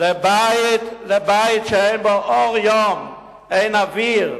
אבל אתה, לבית, לבית שאין בו אור יום, אין אוויר.